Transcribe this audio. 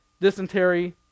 dysentery